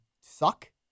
suck